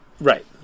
Right